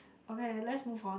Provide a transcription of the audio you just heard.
okay let's move on